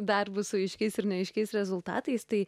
darbus su aiškiais ir neaiškiais rezultatais tai